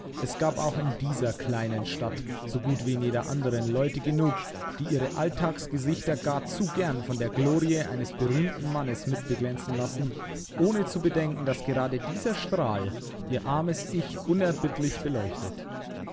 es gab auch in dieser kleinen stadt so gut wie in jeder anderen leute genug die ihre alltagsgesichter gar zu gern von der glorie eines berühmten mannes mit beglänzen lassen ohne zu bedenken daß gerade dieser strahl ihr armes ich unerbittlich beleuchtet